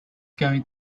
going